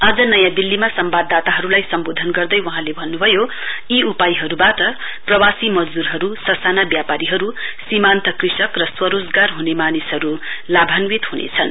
आज नयाँ दिल्लीमा सम्वाददाताहरुलाई सम्वोधन गर्दै वहाँले भन्नुभयो यो उपायहरुवाट प्रवासी मजद्ररहरु ससाना व्यापारीहरु सीमान्त कृषिक र स्वारोजगार हुने मानिसहरु लाभान्वित हुनेछन्